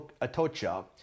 Atocha